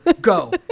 go